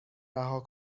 رها